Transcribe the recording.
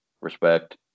Respect